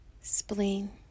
spleen